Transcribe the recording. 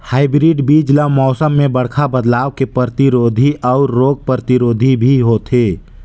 hybrid बीज ल मौसम में बड़खा बदलाव के प्रतिरोधी अऊ रोग प्रतिरोधी भी होथे